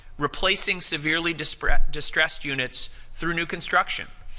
replacing severely distressed distressed units through new construction.